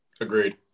Agreed